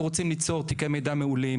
אנחנו רוצים ליצור תיקי מידע מעולים